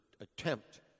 attempt